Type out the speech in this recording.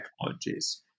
technologies